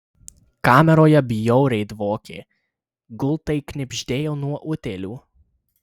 kameroje bjauriai dvokė gultai knibždėjo nuo utėlių